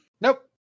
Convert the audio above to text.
Nope